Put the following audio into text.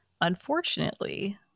Unfortunately